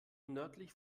nördlich